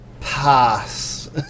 pass